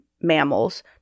mammals